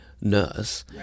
nurse